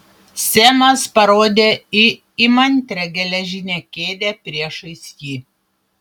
semas parodė į įmantrią geležinę kėdę priešais jį